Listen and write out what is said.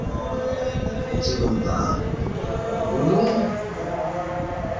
ᱪᱮᱫ ᱠᱚ ᱢᱮᱛᱟᱜᱼᱟ ᱵᱩᱞᱩᱝ